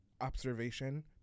observation